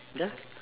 ya